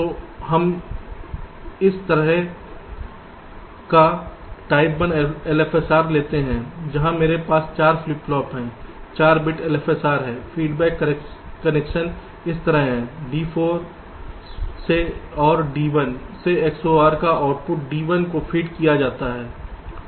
तो हम इस प्रकार टाइप 1 LFSR लेते हैं जहां मेरे पास 4 फ्लिप फ्लॉप 4 बिट LFSR हैं फीडबैक कनेक्शन इस तरह है D 4 से और D 1 से XOR का आउटपुट D 1 को फीड किया जाता है